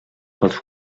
pels